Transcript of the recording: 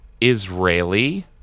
Israeli